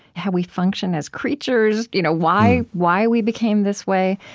how we function as creatures, you know why why we became this way.